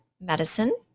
medicine